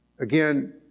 Again